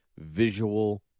visual